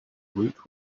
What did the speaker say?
woot